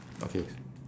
okay